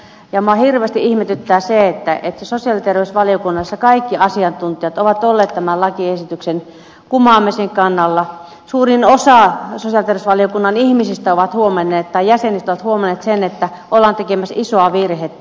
ja minua hirveästi ihmetyttää se kun sosiaali ja terveysvaliokunnassa kaikki asiantuntijat ovat olleet tämän lakiesityksen kumoamisen kannalla ja suurin osa sosiaali ja terveysvaliokunnan jäsenistä on huomannut sen että ollaan tekemässä isoa virhettä